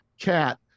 cat